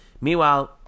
Meanwhile